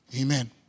Amen